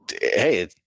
hey